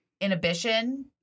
inhibition